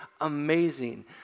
amazing